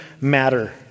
matter